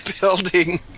building